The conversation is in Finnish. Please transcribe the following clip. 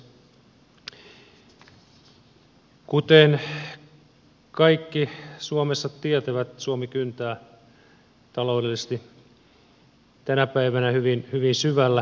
kuten kaikki suomessa tietävät suomi kyntää taloudellisesti tänä päivänä hyvin syvällä